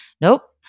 nope